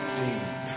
deep